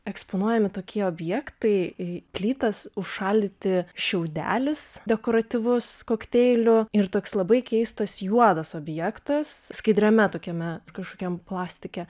eksponuojami tokie objektai į plytas užšaldyti šiaudelis dekoratyvus kokteilių ir toks labai keistas juodas objektas skaidriame tokiame kažkokiam plastike